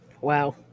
wow